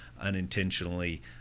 unintentionally